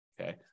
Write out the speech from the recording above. Okay